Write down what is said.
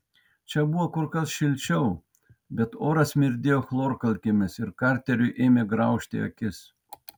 čia buvo kur kas šilčiau bet oras smirdėjo chlorkalkėmis ir karteriui ėmė graužti akis